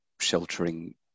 sheltering